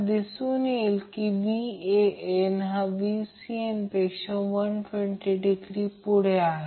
आता जर त्याचप्रमाणे फेजर आकृती काढली तर Van हा एक संदर्भ आहे म्हणून आपण याला a b c phase sequence म्हणतो